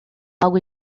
algo